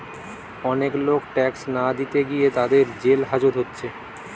অনেক লোক ট্যাক্স না দিতে গিয়ে তাদের জেল হাজত হচ্ছে